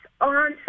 on